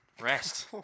Rest